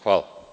Hvala.